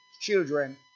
children